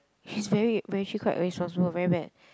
she's very very quite irresponsible very bad